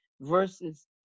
versus